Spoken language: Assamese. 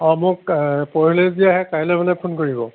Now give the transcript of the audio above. অঁ মোক পৰহিলৈ যদি আহে কাইলৈ মানে ফোন কৰিব